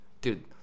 Dude